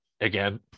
Again